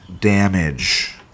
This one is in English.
damage